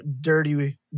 dirty